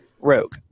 rogue